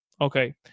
Okay